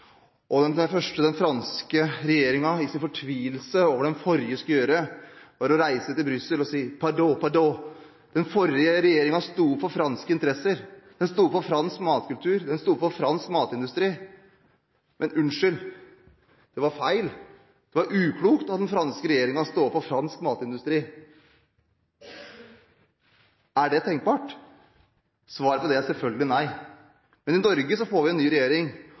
den forrige skulle gjøre, var å reise til Brussel og si: Pardon, pardon! Den forrige regjeringen sto opp for franske interesser, den sto opp for fransk matkultur, den sto opp for fransk matindustri, men unnskyld, det var feil, det var uklokt av den franske regjeringen å stå opp for fransk matindustri. Er det tenkbart? Svaret på det er selvfølgelig nei. Men i Norge får vi ny regjering,